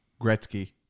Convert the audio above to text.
Gretzky